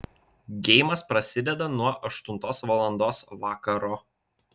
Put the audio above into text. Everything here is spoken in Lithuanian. geimas prasideda nuo aštuntos valandos vakaro